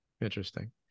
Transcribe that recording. Interesting